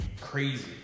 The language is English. crazy